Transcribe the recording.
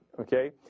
okay